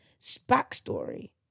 backstory